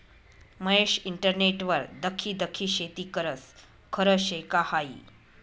महेश इंटरनेटवर दखी दखी शेती करस? खरं शे का हायी